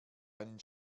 einen